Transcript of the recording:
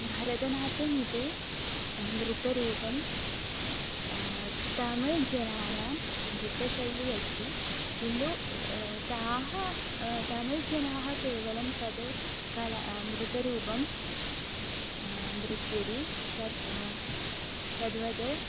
भरतनाट्यम् इति नृत्यरूपं तमिळ् जनानां नृत्यशैली अस्ति किन्तु ताः तमिळ् जनाः केवलं तद् कला नृत्यरूपं नृत्यति तद् तद्वद्